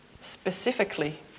specifically